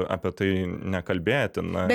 apie tai nekalbėti na